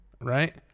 right